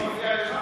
אני מפריע לך?